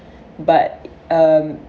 but um